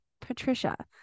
Patricia